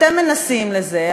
אתם מנסים את זה,